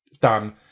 done